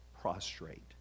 prostrate